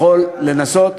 יכול לנסות,